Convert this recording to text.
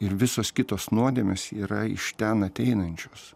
ir visos kitos nuodėmės yra iš ten ateinančios